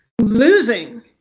losing